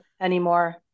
anymore